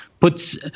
puts